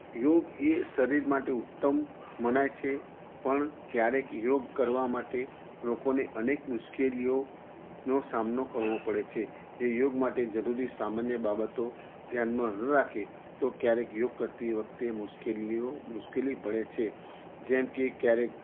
યોગ એ શરીર માટે ઉત્તમ મનાય છે પણ ક્યારેક યોગ કરવા માટે લોકોને અનેક મુશ્કેલીઓનો સામનો કરવો પડે છે એ યોગ માટે જરૂરી સામાન્ય બાબતો ધ્યાનમાં ન રાખે તો ક્યારેક યોગ કરતી વખતે મુશ્કેલીઓ મુશ્કેલી પડે છે જેમ કે ક્યારેક